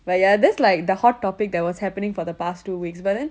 but ya that's like the hot topic that was happening for the past two weeks but then